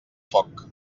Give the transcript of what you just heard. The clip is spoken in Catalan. foc